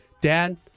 Dad